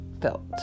felt